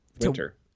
winter